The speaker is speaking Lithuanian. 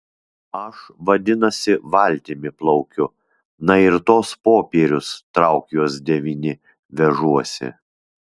aš vadinasi valtimi plaukiu na ir tuos popierius trauk juos devyni vežuosi